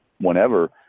whenever